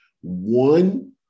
one